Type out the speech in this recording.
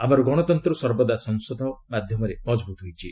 ଆମର ଗଣତନ୍ତ୍ର ସର୍ବଦା ସଂସଦ ମାଧ୍ୟମରେ ମଜବୁତ୍ ହୋଇଛି